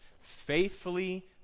faithfully